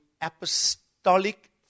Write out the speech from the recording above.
apostolic